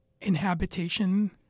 inhabitation